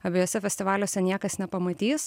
abiejuose festivaliuose niekas nepamatys